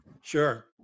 Sure